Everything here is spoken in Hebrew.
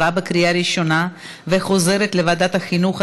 לוועדת החינוך,